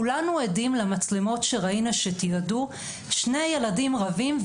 כולנו עדים למצלמות שראינו שתיעדו שני ילדים רבים,